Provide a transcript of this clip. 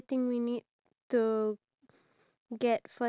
I can I can wear a dress right